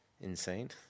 insane